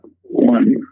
one